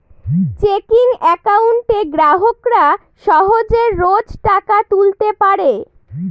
checking একাউন্টে গ্রাহকরা সহজে রোজ টাকা তুলতে পারে